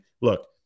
look